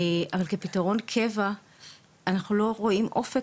אבל כפתרון קבע אנחנו לא רואים אופק,